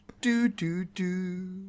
Do-do-do